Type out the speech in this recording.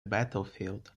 battlefield